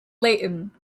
layton